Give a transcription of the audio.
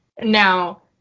Now